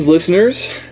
Listeners